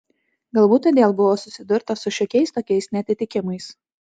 galbūt todėl buvo susidurta su šiokiais tokiais neatitikimais